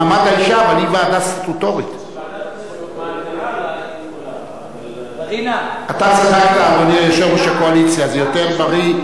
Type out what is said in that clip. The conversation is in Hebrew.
אם יושב-ראש ועדת הכנסת אומר שהיא מחוקקת,